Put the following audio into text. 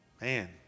Man